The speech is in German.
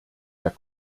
der